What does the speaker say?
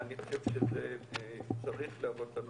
ואני חושב שזה צריך להוות לנו